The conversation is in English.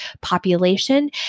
population